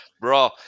Bro